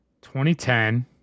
2010